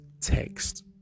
text